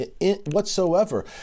whatsoever